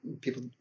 people